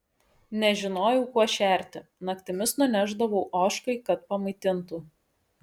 nežinojau kuo šerti naktimis nunešdavau ožkai kad pamaitintų